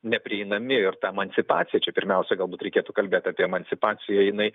neprieinami ir ta emancipacija čia pirmiausia galbūt reikėtų kalbėt apie emancipaciją jinai